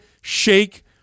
shake